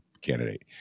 candidate